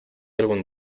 algún